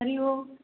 Hari Om